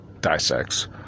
dissects